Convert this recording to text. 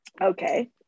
Okay